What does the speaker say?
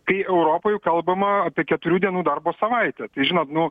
kai europoj kalbama apie keturių dienų darbo savaitę tai žinot nu